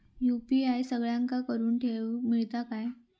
UPI सगळ्यांना करुक मेलता काय?